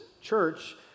church